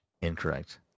Incorrect